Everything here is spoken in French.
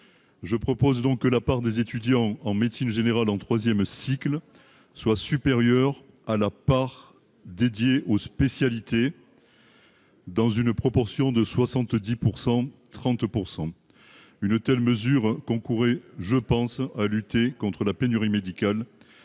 je propose donc que la part des étudiants en médecine générale en 3ème cycle soient supérieures à la part dédiée aux spécialités. Dans une proportion de 70 pour 130 % une telle mesure, je pense à lutter contre la pénurie médicale